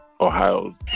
ohio